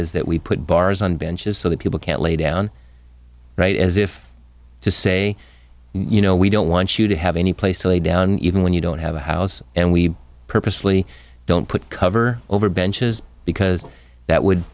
is that we put bars on benches so that people can't lay down right as if to say you know we don't want you to have any place to lay down even when you don't have a house and we purposely don't put cover over benches because that would